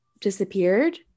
disappeared